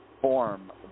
form